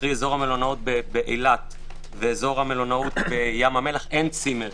קרי אזור המלונות באילת ואזור המלונאות בים המלח אין צימרים.